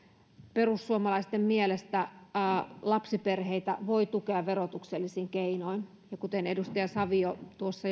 perussuomalaisten mielestä lapsiperheitä voi tukea verotuksellisin keinoin kuten edustaja savio tuossa